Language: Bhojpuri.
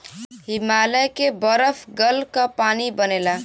हिमालय के बरफ गल क पानी बनेला